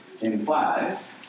implies